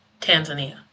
Tanzania